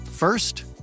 First